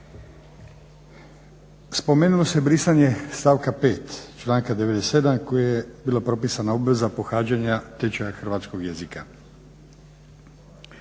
Spomenulo se brisanje stavka 5. članka 97. kojim je bila propisana obveza pohađanja tečaja hrvatskog jezika.